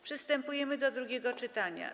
Przystępujemy do drugiego czytania.